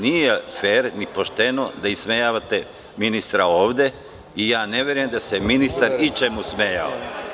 Nije fer ni pošteno da ismejavate ministra ovde i ja ne verujem da se ministar ičemu smejao.